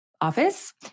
office